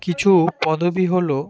কিছু পদবী হলো